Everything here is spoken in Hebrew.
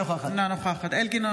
אינו נוכח יולי יואל אדלשטיין,